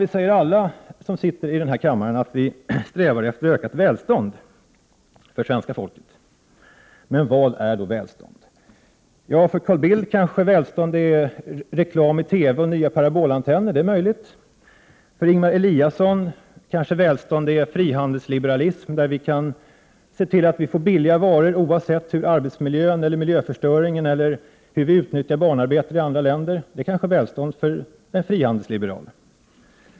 Vi säger alla som sitter i denna kammare att vi strävar efter ökat välstånd för svenska folket. Men vad är då välstånd? För Carl Bildt kanske välstånd är reklam i TV och nya parabolantenner. Det är möjligt. För Ingemar Eliasson kanske välstånd är frihandelsliberalism, som ser till att vi får billiga varor oavsett hur det går med arbetsmiljön och miljöförstöringen eller hur vi utnyttjar barnarbetare i andra länder. Det kanske är välstånd för en frihandelsliberal.